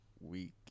week